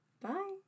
Bye